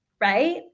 right